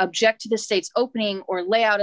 object to the state's opening or lay out a